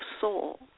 soul